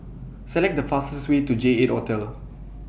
Select The fastest Way to J eight Hotel